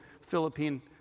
Philippine